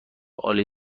عالی